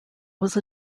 was